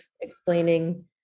explaining